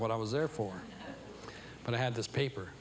what i was there for but i had this paper